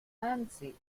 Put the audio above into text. anzi